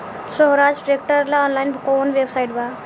सोहराज tractor ला online कोउन website बा?